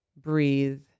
breathe